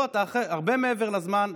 לא, אתה הרבה מעבר לזמן.